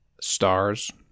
stars